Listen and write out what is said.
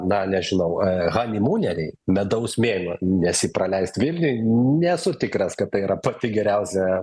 na nežinau hanimūneriai medaus mėnuo nes jį praleist vilniuj nesu tikras kad tai yra pati geriausia